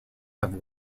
have